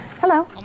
Hello